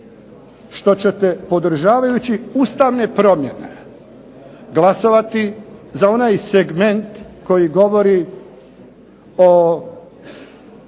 što ćete podržavajući ustavne promjene glasovati za onaj segment koji govori o